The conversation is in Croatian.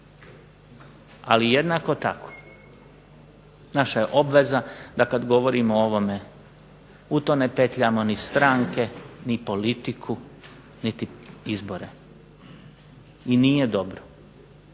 Ali jednako tako, naša je obveza da kad govorimo o ovome u to ne petljamo ni stranke, ni politiku, niti izbore. I nije dobro